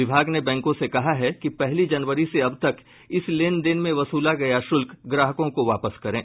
विभाग ने बैंकों से कहा है कि पहली जनवरी से अब तक इस लेन देन में वसूला गया शुल्क ग्राहकों को वापस करे